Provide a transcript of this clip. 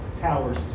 towers